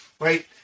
right